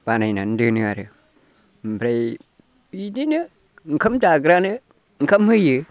बानायनानै दोनो आरो ओमफ्राय बिदिनो ओंखाम जाग्रानो ओंखाम होयो